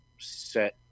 set